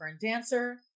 dancer